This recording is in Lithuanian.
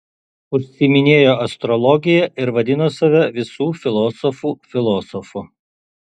užsiiminėjo astrologija ir vadino save visų filosofų filosofu